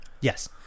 Yes